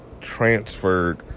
transferred